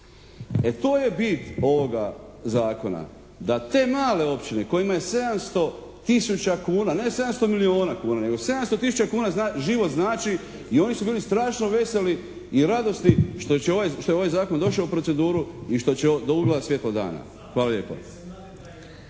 E, to je bit ovoga zakona. Da te male općine kojima je 700 tisuća kuna, ne 700 milijuna kuna nego 700 tisuća kuna život znači i oni su bili strašno veseli i radosni što je ovaj zakon došao u proceduru i što će ugledati svijetlo dana. Hvala lijepo.